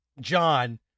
John